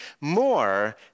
more